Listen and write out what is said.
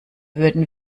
würden